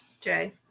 Jay